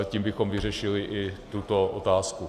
Tím bychom vyřešili i tuto otázku.